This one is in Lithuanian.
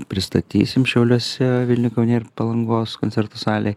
pristatysim šiauliuose vilniuj kaune ir palangos koncertų salėj